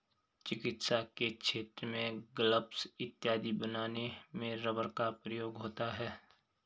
चिकित्सा के क्षेत्र में ग्लब्स इत्यादि बनाने में रबर का प्रयोग होता है